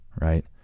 right